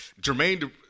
jermaine